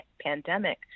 pandemic